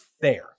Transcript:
fair